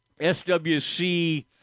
SWC